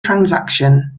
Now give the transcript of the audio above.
transaction